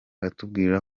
atubwira